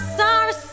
sorry